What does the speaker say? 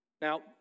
now